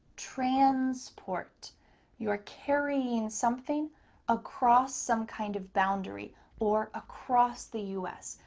transport. you're carrying something across some kind of boundary or across the uss.